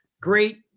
Great